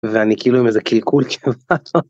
ואני כאילו עם איזה קילקול ש...